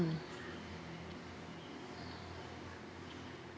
mm